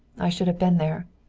i should have been there.